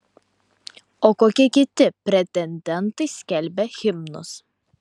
o kokie kiti pretendentai skelbia himnus